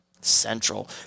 Central